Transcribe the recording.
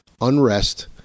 unrest